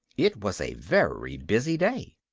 it was a very busy day.